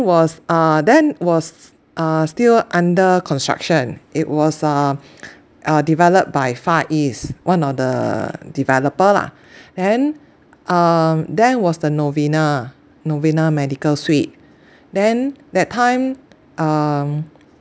was uh then was uh still under construction it was uh uh developed by far east one of the developer lah and then um then was the novena novena medical suite then that time um